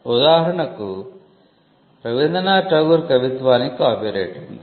ఉదాహరణకు రవీంద్రనాథ్ ఠాగూర్ కవిత్వానికి కాపీరైట్ ఉంది